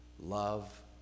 love